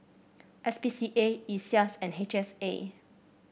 S P C A Iseas and H S A